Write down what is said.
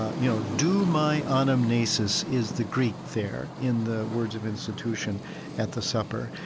you know, do my anamnesis is the greek there in the words of institution at the supper.